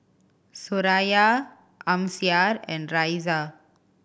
Suraya Amsyar and Raisya